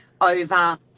over